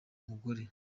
umugore